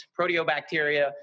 proteobacteria